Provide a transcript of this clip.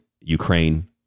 Ukraine